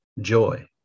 joy